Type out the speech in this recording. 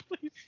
please